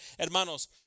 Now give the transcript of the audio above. Hermanos